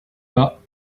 pas